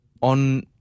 on